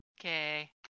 Okay